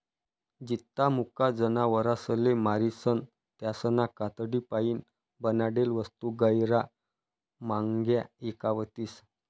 जित्ता मुका जनावरसले मारीसन त्यासना कातडीपाईन बनाडेल वस्तू गैयरा म्हांग्या ईकावतीस